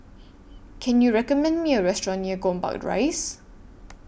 Can YOU recommend Me A Restaurant near Gombak Rise